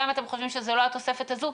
גם אם אתם חושבים שזאת לא התוספת הזאת,